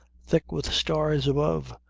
thick with stars above,